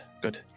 good